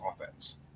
offense